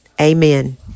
Amen